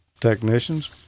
technicians